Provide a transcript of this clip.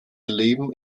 leben